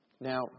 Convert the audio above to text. Now